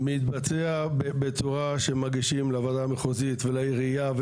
מתבצע בצורה שמגישים לוועדה המחוזית ולעירייה,